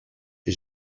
est